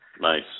Nice